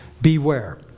Beware